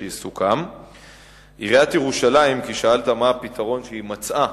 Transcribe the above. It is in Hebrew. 2. מה הוא הפתרון שמצאה